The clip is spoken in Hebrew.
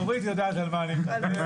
אורית יודעת על מה אני מדבר.